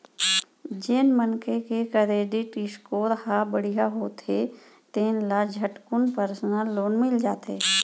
जेन मनखे के करेडिट स्कोर ह बड़िहा होथे तेन ल झटकुन परसनल लोन मिल जाथे